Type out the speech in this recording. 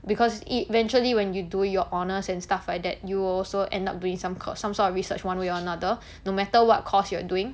because eventually when you do your honours and stuff like that you will also end up doing some k~ some sort of research one way or another no matter what course you are doing